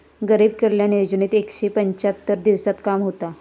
गरीब कल्याण योजनेत एकशे पंच्याहत्तर दिवसांत काम होता